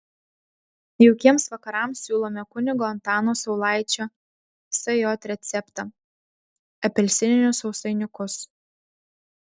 jaukiems vakarams siūlome kunigo antano saulaičio sj receptą apelsininius sausainiukus